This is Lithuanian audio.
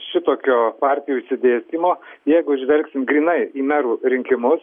šitokio partijų išsidėstymo jeigu žvelgsim grynai į merų rinkimus